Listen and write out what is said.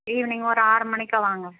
evening ஒரு ஆறு மணிக்காக வாங்க